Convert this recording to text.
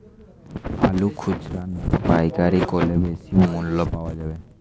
আলু খুচরা না পাইকারি করলে বেশি মূল্য পাওয়া যাবে?